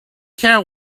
care